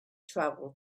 travel